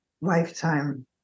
lifetime